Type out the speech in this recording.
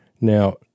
Now